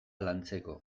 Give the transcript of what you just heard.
lantzeko